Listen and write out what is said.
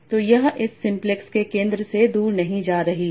तो यह इस सिंप्लेक्स के केंद्र से दूर नहीं जा रही है